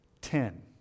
Ten